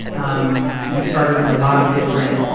um we started a lot of different,